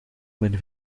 mijn